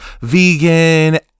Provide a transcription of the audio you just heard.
vegan